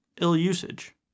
ill-usage